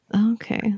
Okay